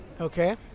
Okay